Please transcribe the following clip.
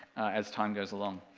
as time goes along.